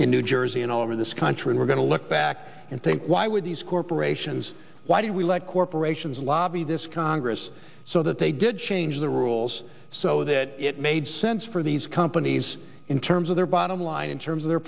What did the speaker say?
in new jersey and all over this country we're going to look back and think why would these corporations why did we let corporations lobby this congress so that they did change the rules so that it made sense for these companies in terms of their bottom line in terms of their